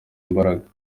imbaraga